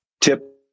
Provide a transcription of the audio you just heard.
tip